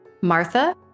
Martha